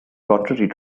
contrary